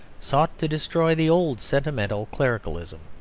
sought to destroy the old sentimental clericalism,